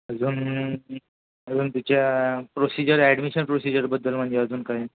अजून अजून तुझ्या प्रोसिजर ॲडमिशन प्रोसिजरबद्दल म्हणजे अजून काय